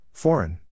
Foreign